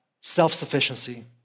self-sufficiency